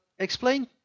Explain